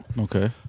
Okay